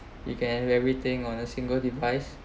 you can read everything on a single device